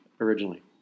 originally